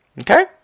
okay